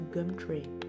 Gumtree